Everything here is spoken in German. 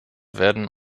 werden